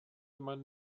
man